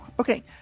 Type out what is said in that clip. Okay